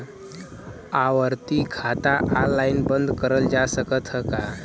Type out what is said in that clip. आवर्ती खाता ऑनलाइन बन्द करल जा सकत ह का?